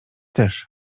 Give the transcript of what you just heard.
też